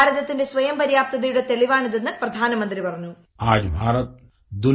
ഭാരതത്തിന്റെ സ്വയംപര്യാപ്തതയുടെ തെളിവാണിതെന്ന് പ്രധാനമന്ത്രി പറഞ്ഞു